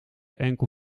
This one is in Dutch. enkel